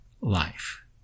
life